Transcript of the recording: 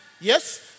Yes